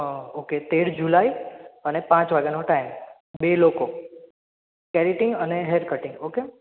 okay તેર July અને પાંચ વાગ્યાનો ટાઇમ બે લોકો કેરેટિન અને હેર કટિંગ ઓકે